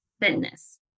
fitness